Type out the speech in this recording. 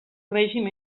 règim